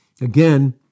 again